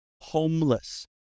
homeless